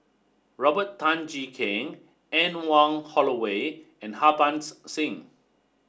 Robert Tan Jee Keng Anne Wong Holloway and Harbans Singh